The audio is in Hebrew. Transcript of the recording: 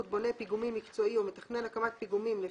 בונה פיגומים מקצועי או מתכנן הקמת פיגומים,